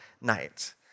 night